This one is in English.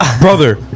Brother